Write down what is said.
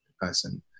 person